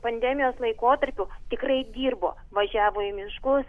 pandemijos laikotarpiu tikrai dirbo važiavo į miškus